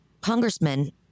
Congressman